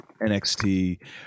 NXT